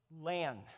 land